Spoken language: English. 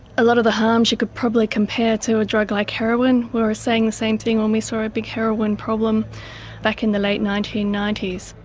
a lot of the harms you could probably compare to a drug like heroin. we were saying the same thing when we saw a big heroin problem back in the late nineteen ninety s.